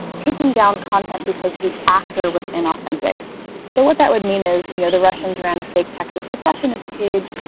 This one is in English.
taking down content because the actor was inauthentic. so what that would mean is, you know, the russians ran a fake texas secessionist page,